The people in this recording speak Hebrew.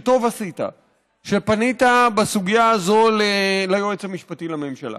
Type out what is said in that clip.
שטוב עשית שפנית בסוגיה הזו ליועץ המשפטי לממשלה.